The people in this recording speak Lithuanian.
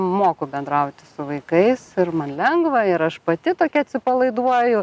moku bendrauti su vaikais ir man lengva ir aš pati tokia atsipalaiduoju